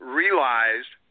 realized